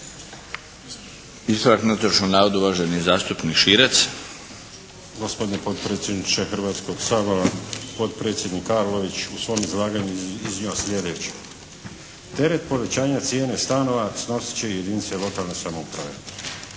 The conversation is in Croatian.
Ispravak netočnog navoda, uvaženi zastupnik Širac. **Širac, Marko (HDZ)** Gospodine potpredsjedniče Hrvatskoga sabora. Potpredsjednik Arlović u svom izlaganju je iznio sljedeće: Teret povećanja cijene stanova snosit će jedinice lokalne samouprave.